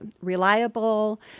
reliable